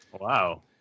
wow